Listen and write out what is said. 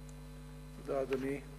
בסדר-היום.